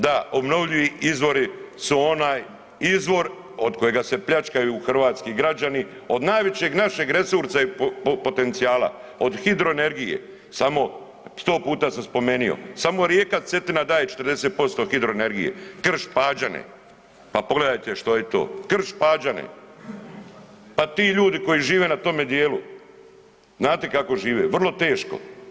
Da, obnovljivi izvori su onaj izvor od kojega se pljačkaju hrvatski građani, od najvećeg našeg resursa i potencijala, od hidroenergije samo, 100 puta sam spomenuo, samo rijeka Cetina daje 40% hidroenergije, Krš-Pađane, pa pogledajte što je to Krš-Pađane, pa ti ljudi koji žive na tome dijelu znate kako žive, vrlo teško.